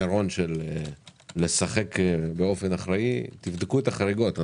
עיקרון של "לשחק באופן אחראי", תבדקו את החריגות.